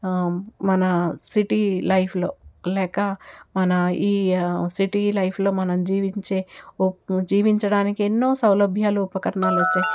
మన సిటీ లైఫ్లో లేక మన ఈ సిటీ లైఫ్లో మనం జీవించే ఉప్ జీవించడానికి ఎన్నో సౌలభ్యాలు ఉపకరణాలు వచ్చాయి